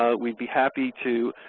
we'd be happy to